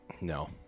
No